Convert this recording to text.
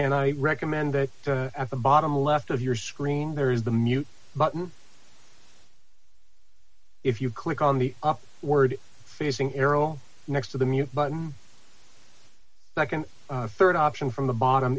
and i recommend that at the bottom left of your screen there is the mute button if you click on the word facing arrow next to the mute button second rd option from the bottom